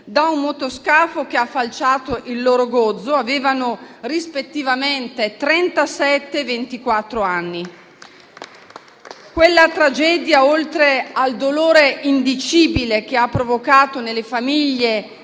da un motoscafo che ha falciato il loro gozzo: avevano rispettivamente trentasette e ventiquattro anni. Quella tragedia, oltre al dolore indicibile che ha provocato nelle famiglie